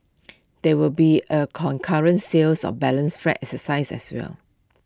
there will be A concurrent sales of balance flats exercise as well